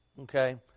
Okay